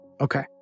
Okay